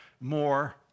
more